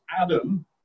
Adam